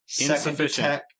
Insufficient